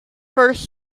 first